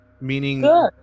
meaning –